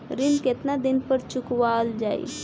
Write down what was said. ऋण केतना दिन पर चुकवाल जाइ?